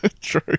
True